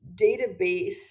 database